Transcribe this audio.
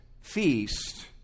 feast